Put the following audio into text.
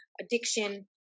addiction